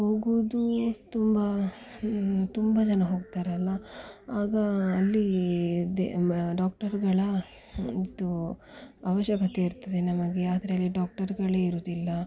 ಹೋಗುವುದು ತುಂಬ ತುಂಬ ಜನ ಹೋಗ್ತಾರೆ ಅಲ್ಲ ಆಗ ಅಲ್ಲಿ ದೆ ಮ ಡಾಕ್ಟರುಗಳ ಇದು ಅವಶ್ಯಕತೆ ಇರ್ತದೆ ನಮಗೆ ಅದರಲ್ಲಿ ಡಾಕ್ಟರುಗಳೇ ಇರೋದಿಲ್ಲ